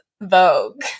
Vogue